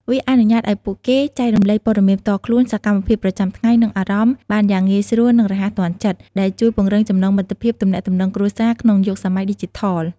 វាអនុញ្ញាតឱ្យពួកគេចែករំលែកព័ត៌មានផ្ទាល់ខ្លួន សកម្មភាពប្រចាំថ្ងៃ និងអារម្មណ៍បានយ៉ាងងាយស្រួលនិងរហ័សទាន់ចិត្ត ដែលជួយពង្រឹងចំណងមិត្តភាព ទំនាក់ទំនងគ្រួសារក្នុងយុគសម័យឌីជីថល។